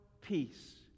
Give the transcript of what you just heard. peace